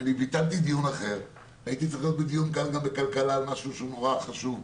ביטלתי דיון אחר בכלכלה על משהו שמאוד חשוב,